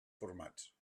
formats